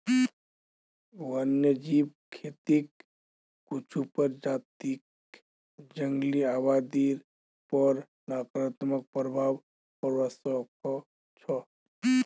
वन्यजीव खेतीक कुछू प्रजातियक जंगली आबादीर पर नकारात्मक प्रभाव पोड़वा स ख छ